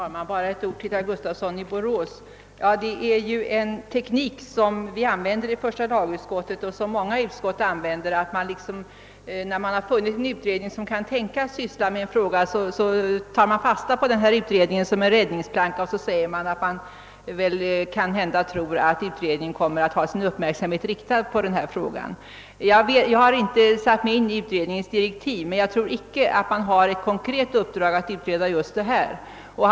Herr talman! Jag vill bara säga några ord till herr Gustafsson i Borås. I första lagutskottet, liksom i många andra utskott, används ju tekniken att man, när man funnit en utredning som kan tänkas syssla med en fråga, tar fasta på utredningen som en räddningsplanka och säger, att man tror att utredningen kommer att ha sin uppmärksamhet riktad på spörsmålet. Jag har inte satt mig in i utredningens direktiv men tror inte att utredningen har något konkret uppdrag att utreda just den här frågan.